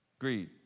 Greed